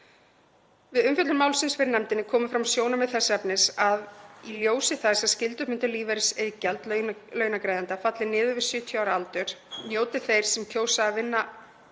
Við umfjöllun málsins fyrir nefndinni komu fram sjónarmið þess efnis að í ljósi þess að skyldubundið lífeyrisiðgjald launagreiðanda fellur niður við 70 ára aldur njóta þeir sem kjósa að vinna